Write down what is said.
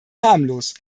harmlos